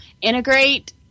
integrate